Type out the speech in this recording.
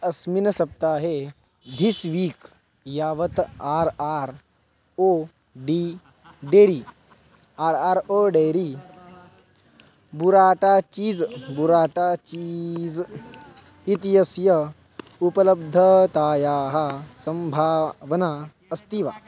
अस्मिन् सप्ताहे this week यावत् R R O D dairy R R O dairy burrata cheese burrata cheese इति यस्य उपलब्धतायाः सम्भावना अस्ति वा